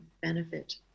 benefit